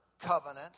covenant